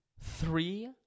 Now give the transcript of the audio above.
three